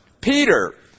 Peter